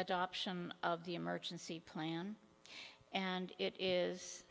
adoption of the emergency plan and it is